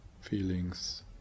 feelings